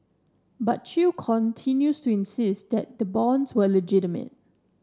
but Chew continues to insist that the bonds were legitimate